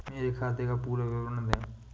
मेरे खाते का पुरा विवरण दे?